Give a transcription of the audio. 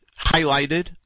highlighted